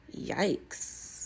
Yikes